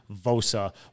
Vosa